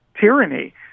tyranny